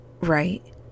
right